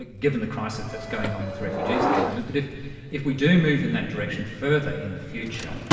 ah given the crisis that's going on with refugees at the moment, but if if we do move in that direction further in the future,